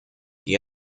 die